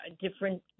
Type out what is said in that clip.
different